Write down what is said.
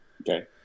okay